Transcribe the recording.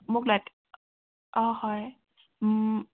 অ' হয় ম